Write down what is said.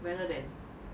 better then